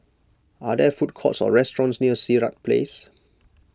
are there food courts or restaurants near Sirat Place